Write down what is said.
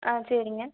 ஆ சரிங்க